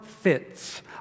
fits